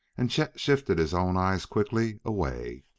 and chet shifted his own eyes quickly away.